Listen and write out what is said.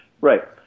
right